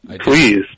Please